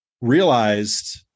realized